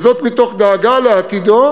וזאת מתוך דאגה לעתידו